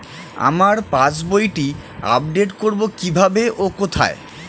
আমার পাস বইটি আপ্ডেট কোরবো কীভাবে ও কোথায়?